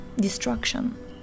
destruction